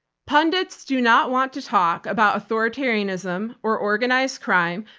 pundits do not want to talk about authoritarianism, or organized crime,